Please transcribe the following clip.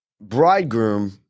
bridegroom